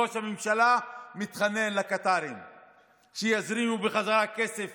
ראש הממשלה מתחנן לקטרים שיזרימו בחזרה כסף